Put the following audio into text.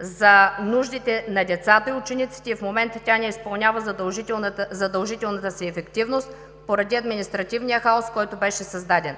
за нуждите на децата и учениците и в момента тя не изпълнява задължителната си ефективност поради административния хаос, който беше създаден.